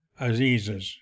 Azizas